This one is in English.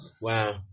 Wow